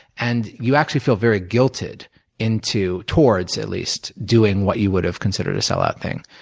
and you actually feel very guilted into towards, at least doing what you would have considered a sellout thing.